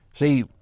See